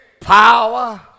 power